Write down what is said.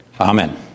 Amen